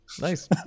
nice